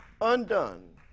undone